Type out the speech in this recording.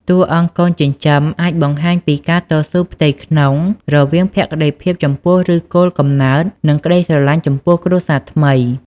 តួអង្គកូនចិញ្ចឹមអាចបង្ហាញពីការតស៊ូផ្ទៃក្នុងរវាងភក្ដីភាពចំពោះឫសគល់កំណើត និងក្ដីស្រឡាញ់ចំពោះគ្រួសារថ្មី។